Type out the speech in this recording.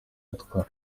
yatwaye